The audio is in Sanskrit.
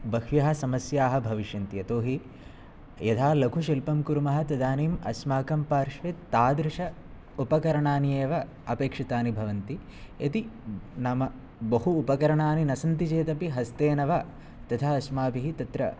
बह्व्यः समस्याः भविष्यन्ति यतोहि यधा लघुशिल्पं कुर्मः तदानीम् अस्माकं पार्श्वे तादृश उपकरणानि एव अपेक्षितानि भवन्ति यदि नाम बहु उपकरणानि न सन्ति चेदपि हस्तेन वा तथा अस्माभिः तत्र